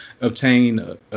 obtain